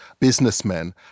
businessmen